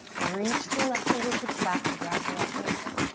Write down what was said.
reach the left fingertips back to grab the left ankle.